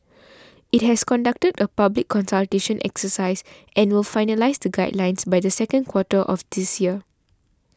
it has conducted a public consultation exercise and will finalise the guidelines by the second quarter of this year